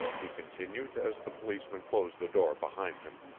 he continued, as the policeman closed the door behind him,